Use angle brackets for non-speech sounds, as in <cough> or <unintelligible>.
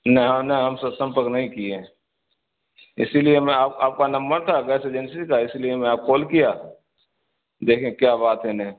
نہ ہاں نہ ہم <unintelligible> نہیں کیے ہیں اسی لیے میں آپ آپ کا نمبر تھا گیس ایجنسی کا اسی لیے میں آپ کال کیا دیکھیں کیا بات ہے نے